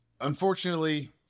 unfortunately